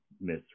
Miss